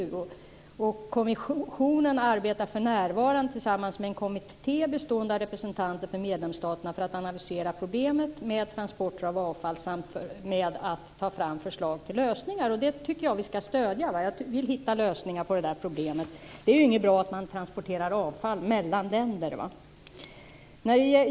Vidare sägs det att "kommissionen för närvarande arbetar tillsammans med en kommitté bestående av representanter för medlemsstaterna med att analysera problemet med transporter av avfall samt med att ta fram förslag till lösningar". Detta tycker jag att vi skall stödja. Jag vill hitta lösningar på det här problemet. Det är ju inte bra att man transporterar avfall mellan länder.